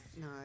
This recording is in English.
No